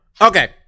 Okay